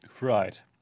Right